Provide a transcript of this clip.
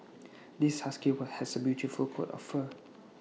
this husky will has A beautiful coat of fur